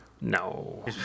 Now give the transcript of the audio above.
No